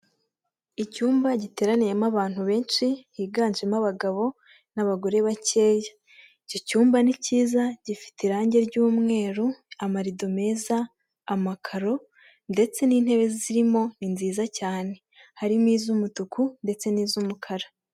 Icyumba giteraniyemo abantu benshi higanjemo abagabo n'abagore bakeya, iki cyumba ni cyiza gifite irangi ry'umweru amarido meza amakaro ndetse n'intebe zirimo ni nziza cyane, harimo iz'umutuku ndetse n'iz'umukara.